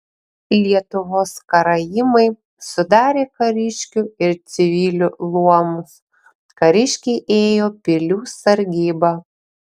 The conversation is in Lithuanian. lietuvos karaimai sudarė kariškių ir civilių luomus kariškiai ėjo pilių sargybą